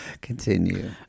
Continue